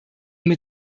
mit